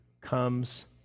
comes